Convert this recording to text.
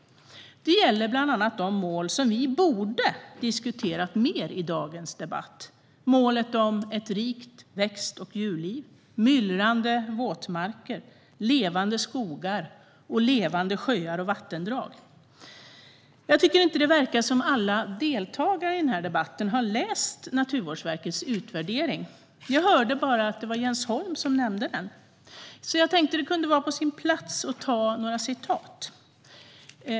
Det gäller bland annat vissa mål som vi borde ha diskuterat mer i dagens debatt: Ett rikt växt och djurliv, Myllrande våtmarker, Levande skogar samt Levande sjöar och vattendrag. Jag tycker inte att det verkar som att alla deltagare i den här debatten har läst Naturvårdsverkets utvärdering. Jag hörde bara Jens Holm nämna den. Det kan nog vara på sin plats med några citat.